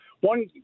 One